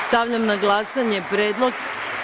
Stavljam na glasanje predlog.